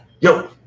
Yo